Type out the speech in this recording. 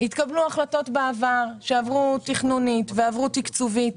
התקבלו החלטות בעבר, שעברו תכנונית ועברו תקצובית,